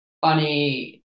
funny